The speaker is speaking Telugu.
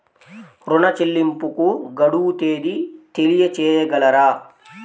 ఋణ చెల్లింపుకు గడువు తేదీ తెలియచేయగలరా?